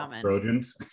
Trojans